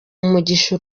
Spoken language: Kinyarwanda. umugisha